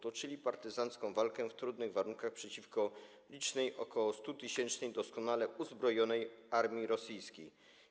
Toczyli partyzancką walkę w trudnych warunkach przeciwko licznej, ok. 100-tysięcznej, doskonale uzbrojonej armii rosyjskiej.